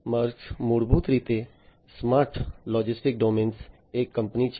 Maersk મૂળભૂત રીતે smart logistics ડોમેનમાં એક કંપની છે